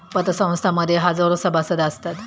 पतसंस्थां मध्ये हजारो सभासद असतात